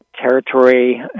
territory